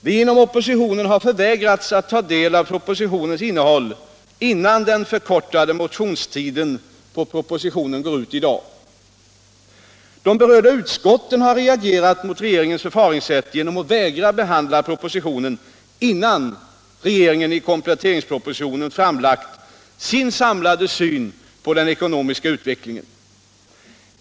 Vi inom oppositionen har förvägrats att ta del av propositionens innehåll, innan den förkortade motionstiden med anledning av propositionen går ut i dag. De berörda utskotten har reagerat mot regeringens förfaringssätt genom att vägra behandla propositionen, innan regeringen i kompletteringspropositionen framlagt sin samlade syn på den ekonomiska utvecklingen.